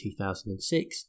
2006